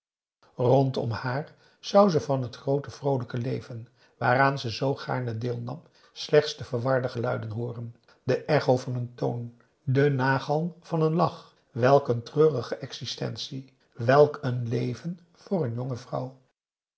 rondom haar zou ze van het groote vroolijke leven waaraan ze zoo gaarne deelnam slechts de verwarde geluiden hooren de echo van een toon de nagalm van een lach welk een treurige existentie welk een leven voor een jonge vrouw